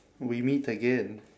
we meet again